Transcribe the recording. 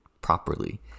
properly